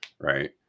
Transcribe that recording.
right